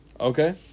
Okay